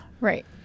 Right